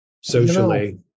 socially